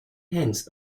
hens